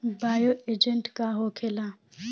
Bio agent का होखेला?